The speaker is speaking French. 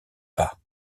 pas